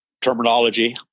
terminology